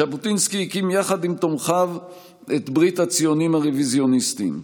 ז'בוטינסקי הקים יחד עם תומכיו את ברית הציונים הרוויזיוניסטים,